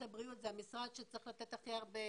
הבריאות זה המשרד שצריך לתת הכי הרבה